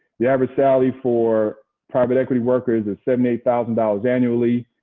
the average salary for private equity workers is seventy eight thousand dollars annually.